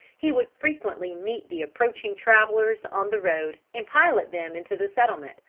he would frequently meet the approaching travelers on the road and pilot them into the settlement,